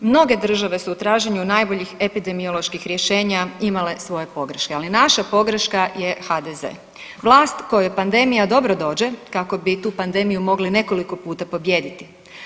Mnoge države su u traženju najboljih epidemioloških rješenja imale svoje pogreške, ali naša pogreška je HDZ, vlast kojoj pandemija dobro dođe kako bi tu pandemiju mogli nekoliko puta pobijediti.